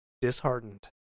disheartened